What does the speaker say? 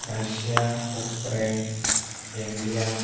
Russia Ukraine India